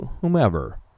whomever